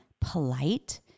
polite